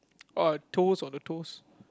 orh toes on the toes